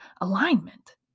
alignment